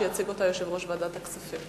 שיציג אותה יושב-ראש ועדת הכספים,